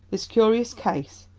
this curious case,